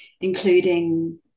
including